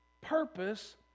purpose